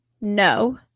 no